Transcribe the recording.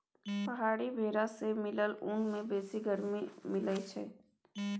पहाड़ी भेरा सँ मिलल ऊन सँ बेसी गरमी मिलई छै